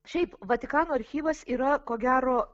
šiaip vatikano archyvas yra ko gero